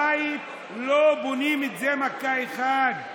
בית לא בונים במכה אחת.